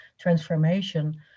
transformation